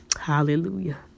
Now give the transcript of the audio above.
Hallelujah